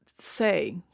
say